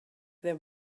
there